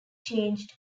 changed